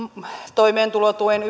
toimeentulotuen